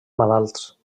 malalts